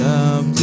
up